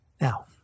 Now